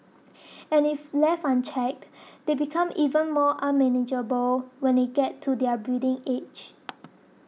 and if left unchecked they become even more unmanageable when they get to their breeding age